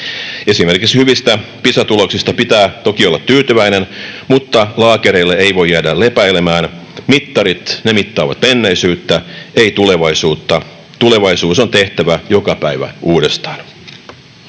Esimerkiksi hyvistä Pisa-tuloksista pitää toki olla tyytyväinen, mutta laakereille ei voi jäädä lepäilemään. Mittarit mittaavat menneisyyttä, eivät tulevaisuutta. Tulevaisuus on tehtävä joka päivä uudestaan.